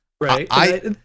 Right